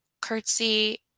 Curtsy